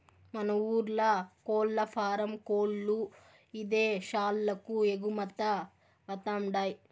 మన ఊర్ల కోల్లఫారం కోల్ల్లు ఇదేశాలకు ఎగుమతవతండాయ్